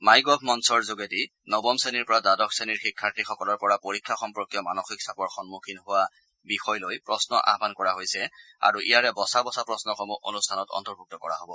MyGov মঞ্চৰ যোগেদি নৱম শ্ৰেণীৰ পৰা দ্বাদশ শ্ৰেণীৰ শিক্ষাৰ্থীসকলৰ পৰা পৰীক্ষা সম্পৰ্কীয় মানসিক চাপৰ সন্মুখীন হোৱা বিষয় লৈ প্ৰশ্ন আহ্য়ন কৰা হৈছে আৰু ইয়াৰে বচা বচা প্ৰশ্নসমূহ অনুষ্ঠানত অন্তৰ্ভুক্ত কৰা হ'ব